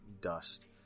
dust